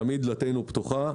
תמיד דלתנו פתוחה.